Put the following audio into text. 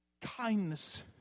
Kindness